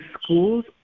schools